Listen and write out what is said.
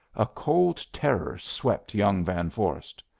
a cold terror swept young van vorst.